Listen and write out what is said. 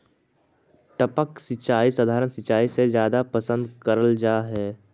टपक सिंचाई सधारण सिंचाई से जादा पसंद करल जा हे